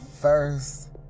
first